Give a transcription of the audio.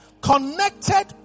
Connected